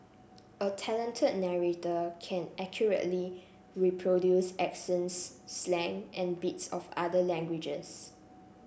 a talented narrator can accurately reproduce accents slang and bits of other languages